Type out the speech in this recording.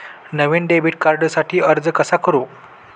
मी नवीन डेबिट कार्डसाठी अर्ज कसा करू?